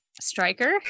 Striker